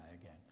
again